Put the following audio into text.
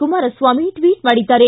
Kumaraswamy tweet ಮಾಡಿದ್ದಾರೆ